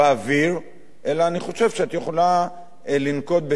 אלא אני חושב שאת יכולה לנקוט צעדים מעשיים